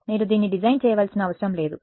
మీరు దీన్ని డిజైన్ చేయవలసిన అవసరం లేదు